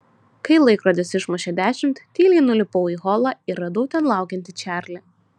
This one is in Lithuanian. kai laikrodis išmušė dešimt tyliai nulipau į holą ir radau ten laukiantį čarlį